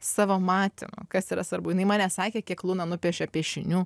savo matymu kas yra svarbu jinai man nesakė kiek luna nupiešė piešinių